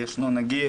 ישנו נגיף,